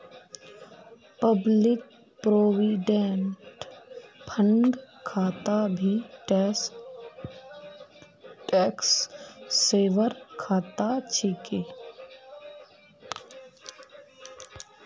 public provident fund खाता भी tax saver खाता छिके